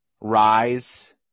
Rise